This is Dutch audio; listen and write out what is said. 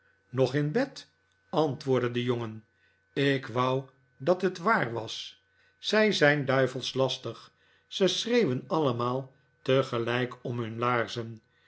nog in bed antwoordde de jongen ik wou dat het waar was zij zijn duivels lastigi ze schreeuwen allemaal tegelijk om hun laarzen